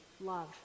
love